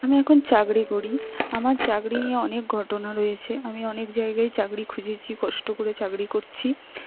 আমি এখন চাগরি করি আমার চাকরি নিয়ে অনেক ঘটনা রয়েছে আমি অনেক জায়গায় চাকরি খুঁজেছি কষ্ট করে চাকরি করছি